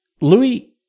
Louis